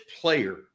player